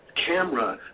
camera